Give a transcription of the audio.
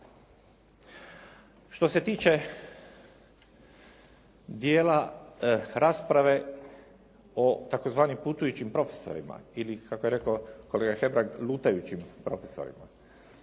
Što se tiče dijela rasprave o tzv. putujućim profesorima, ili kako je rekao kolega Hebrang, lutajućim profesorima.